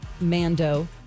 Mando